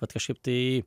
vat kažkaip tai